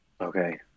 Okay